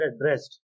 addressed